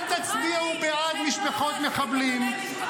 אל תצביעו בעד משפחות מחבלים.